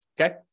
okay